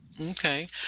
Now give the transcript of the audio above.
Okay